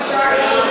אנחנו מתנגדים.